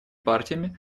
партиями